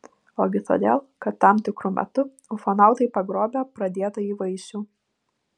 ogi todėl kad tam tikru metu ufonautai pagrobia pradėtąjį vaisių